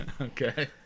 Okay